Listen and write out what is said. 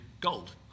gold